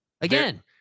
Again